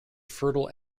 fertile